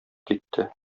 китте